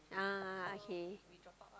ah okay